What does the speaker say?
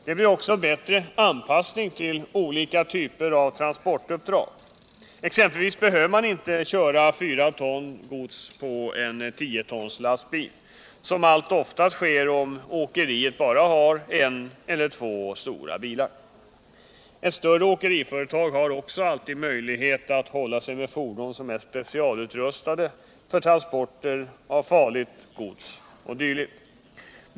Man får också en bättre anpassning till olika typer av transportuppdrag. Exempelvis behöver man inte köra 4 ton gods på en 10 tons lastbil, vilket allt som oftast sker om åkeriet bara har en eller två stora bilar. Ett större åkeriföretag har dessutom alltid möjlighet att hålla sig med fordon som är specialutrustade för transporter av farligt gods e. d.